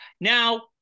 now